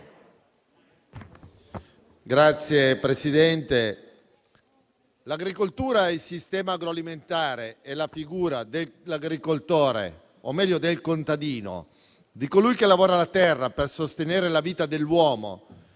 Signor Presidente, l'agricoltura, il sistema agroalimentare e la figura dell'agricoltore, o meglio del contadino, di colui che lavora la terra per sostenere la vita dell'uomo,